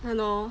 !hannor!